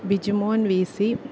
Bijumon V C